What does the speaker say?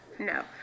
No